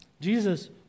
Jesus